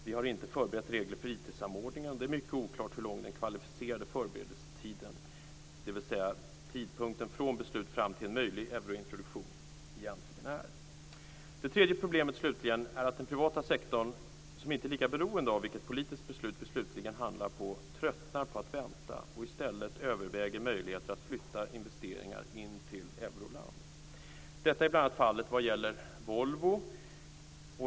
Vi har inte förberett regler för IT-samordningen. Det är mycket oklart hur lång den kvalificerade förberedelsetiden, dvs. tidpunkten från beslut fram till en möjlig eurointroduktion, egentligen är. Det tredje problemet slutligen är att den privata sektorn, som inte är lika beroende av vilket politiskt beslut vi slutligen hamnar på, tröttnar på att vänta och i stället överväger möjligheten att flytta investeringar in till euroland. Detta är bl.a. fallet vad gäller Volvo.